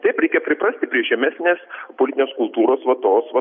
taip reikia priprasti prie žemesnės politinės kultūros va tos va